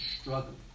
struggling